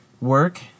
work